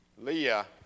Leah